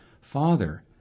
father